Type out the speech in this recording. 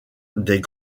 des